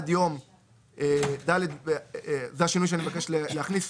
כאן השינוי שאתה רוצה להכניס.